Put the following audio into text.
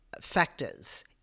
factors